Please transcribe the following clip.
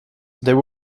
there